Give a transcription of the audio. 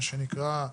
מה שנקרא,